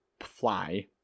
fly